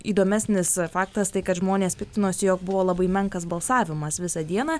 įdomesnis faktas tai kad žmonės piktinosi jog buvo labai menkas balsavimas visą dieną